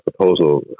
proposal